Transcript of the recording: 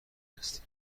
هستی